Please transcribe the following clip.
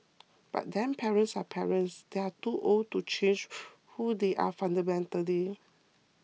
but then parents are parents they are too old to change who they are fundamentally